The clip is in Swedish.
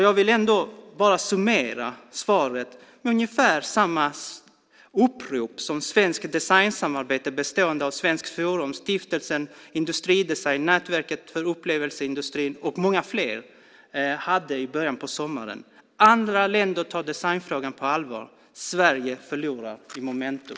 Jag vill summera svaret med ungefär samma upprop som Svenskt Designsamarbete bestående av Svenskt Forum, Stiftelsen Svensk Industridesign, Nätverket för upplevelseindustrin och många fler hade i början av sommaren. Andra länder tar designfrågan på allvar. Sverige förlorar i momentum .